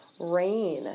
rain